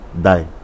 die